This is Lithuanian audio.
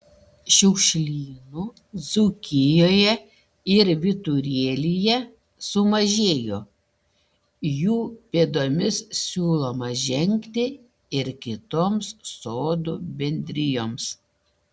šiukšlynų dzūkijoje ir vyturėlyje sumažėjo jų pėdomis siūloma žengti ir kitoms sodų bendrijoms